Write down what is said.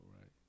right